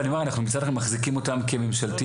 אנחנו מצד אחד מחזיקים אותם כממשלתי.